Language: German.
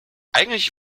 eigentlich